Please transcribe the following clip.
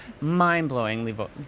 Mind-blowingly